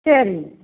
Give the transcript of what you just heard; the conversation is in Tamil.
சரிங்க